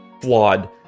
flawed